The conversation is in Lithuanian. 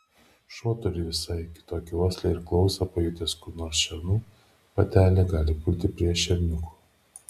šuo turi visai kitokią uoslę ir klausą pajutęs kur nors šernų patelę gali pulti prie šerniukų